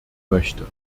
möchte